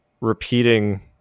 repeating